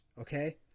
Okay